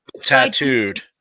Tattooed